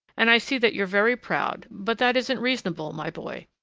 and i see that you're very proud but that isn't reasonable, my boy.